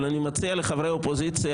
אבל אני מציע לחברי האופוזיציה,